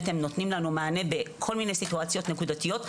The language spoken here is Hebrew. הם נותנים לנו מענה בכל מיני סיטואציות נקודתיות,